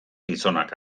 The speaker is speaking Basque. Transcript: gizonak